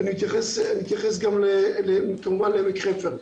ונתייחס גם כמובן לעמק חפר.